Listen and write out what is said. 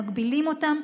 מגבילים אותן.